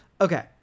okay